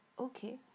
okay